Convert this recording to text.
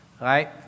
right